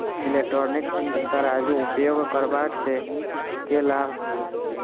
Electronic तराजू उपयोग करबा सऽ केँ लाभ?